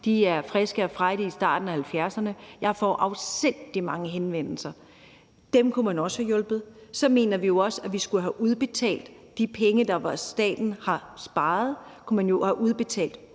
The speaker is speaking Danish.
De er friske og frejdige og er i starten af 70'erne. Jeg får afsindig mange henvendelser. De mennesker kunne man også have hjulpet. Så mener vi jo også, at vi skulle have udbetalt de penge, som staten har sparet. Dem kunne man jo have udbetalt